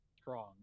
strong